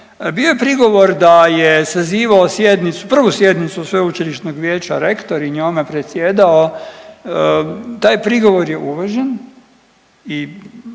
bio je prigovor da je sazivao sjednicu, prvu sjednicu sveučilišnog vijeća rektor i njome presjedao, taj prigovor je uvažen i